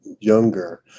younger